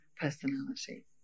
personality